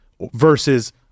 versus